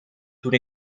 toen